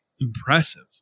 impressive